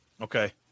Okay